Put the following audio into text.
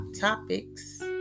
Topics